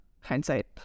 hindsight